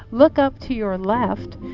look up to your left,